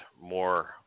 more